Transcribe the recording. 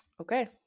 Okay